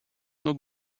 nur